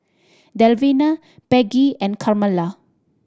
Delfina Peggie and Carmela